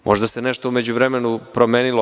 Možda se nešto u međuvremenu promenilo.